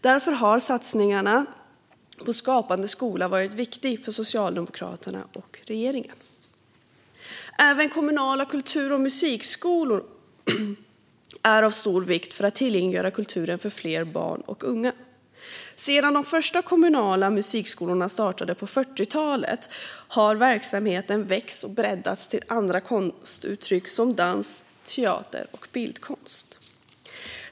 Därför har satsningarna på Skapande skola varit viktiga för Socialdemokraterna och regeringen. Även kommunala kultur och musikskolor är av stor vikt för att tillgängliggöra kulturen för fler barn och unga. Sedan de första kommunala musikskolorna startade på 40-talet har verksamheten vuxit och breddats till andra konstuttryck, som dans, teater och bildkonst.